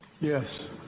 Yes